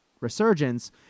Resurgence